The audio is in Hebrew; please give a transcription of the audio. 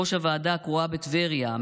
ראש הוועדה הקרואה בטבריה,